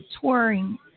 touring